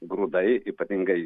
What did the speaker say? grūdai ypatingai